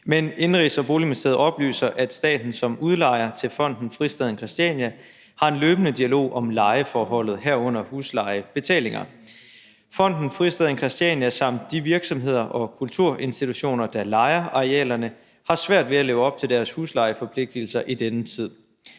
Indenrigs- og Boligministeriet oplyser, at staten som udlejer til Fonden Fristaden Christiania har en løbende dialog om lejeforholdet, herunder huslejebetalinger. Fonden Fristaden Christiania samt de virksomheder og kulturinstitutioner, der lejer arealerne, har svært ved at leve op til deres huslejeforpligtelser i denne tid.